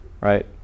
right